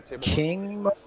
King